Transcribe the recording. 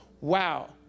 Wow